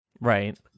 Right